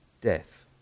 death